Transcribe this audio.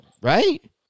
Right